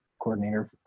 coordinator